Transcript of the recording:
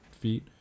feet